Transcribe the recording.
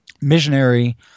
missionary